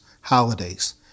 holidays